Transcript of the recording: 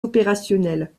opérationnelles